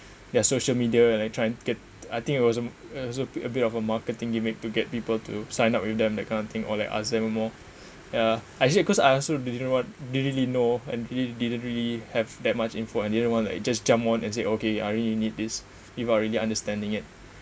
their social media and I try and get I think it was also a bit of a marketing gimmick to get people to sign up with them that kind of thing or like ask them more ya I actually cause I also didn't really know and he didn't really have that much info and didn't want to adjust jump on and say okay I really need this without really understanding it